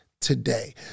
today